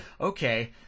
okay